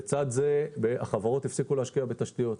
לצד זה, החברות הפסיקו להשקיע בתשתיות.